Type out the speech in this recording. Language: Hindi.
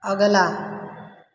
अगला